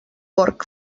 porc